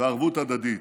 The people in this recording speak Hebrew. וערבות הדדית.